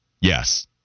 yes